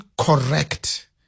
correct